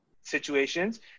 situations